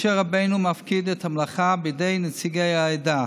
משה רבנו מפקיד את המלאכה בידי נציגי העדה,